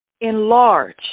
enlarge